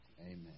Amen